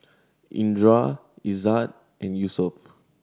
Indra Izzat and Yusuf